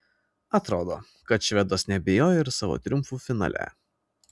atrodo kad švedas neabejoja ir savo triumfu finale